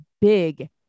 big